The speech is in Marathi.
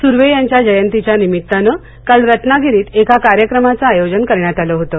सुर्वे यांच्या जयंतीच्या निमित्तानं काल रत्नागिरीत एका कार्यक्रमाचं आयोजन करण्यात आलं होतं